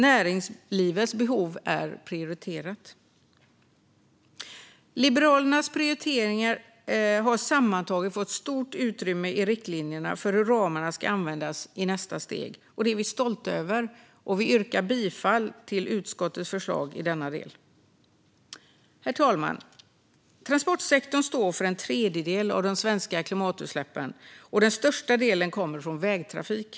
Näringslivets behov är prioriterat. Liberalernas prioriteringar har sammantaget fått stort utrymme i riktlinjerna för hur ramarna ska användas i nästa steg. Det är vi stolta över. Vi yrkar bifall till utskottets förslag i denna del. Herr talman! Transportsektorn står för en tredjedel av de svenska utsläppen, och den största delen kommer från vägtrafik.